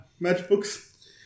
matchbooks